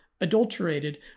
adulterated